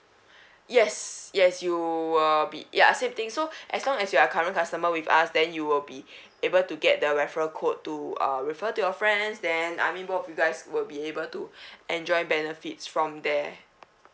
yes yes you were be ya same thing so as long as you are current customer with us then you will be able to get the referral code to uh refer to your friends then I mean both of you guys will be able to enjoy benefits from there